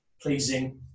pleasing